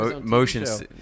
motions